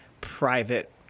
private